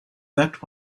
that